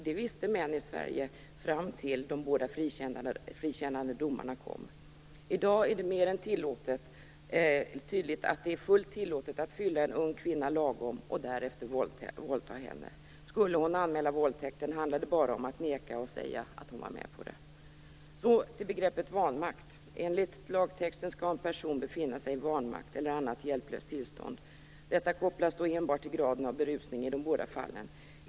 Det visste män i Sverige fram till de båda frikännande domarna kom. I dag är det tydligt att det är fullt tillåtet att fylla en ung kvinna lagom och därefter våldta henne. Skulle hon anmäla våldtäkten handlar det bara om att neka och säga att hon vara med på det. Så till begreppet vanmakt. Enligt lagtexten skall en person befinna sig i vanmakt eller annat hjälplöst tillstånd. Detta kopplas enbart till graden av berusning i de båda fallen.